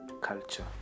culture